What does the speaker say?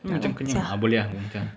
tapi macam kenyang ah boleh ah Gong Cha